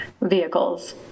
vehicles